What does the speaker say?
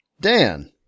Dan